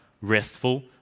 restful